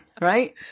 Right